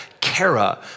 kara